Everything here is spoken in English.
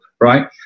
right